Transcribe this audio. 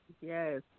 Yes